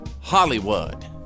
Hollywood